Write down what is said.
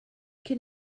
can